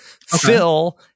Phil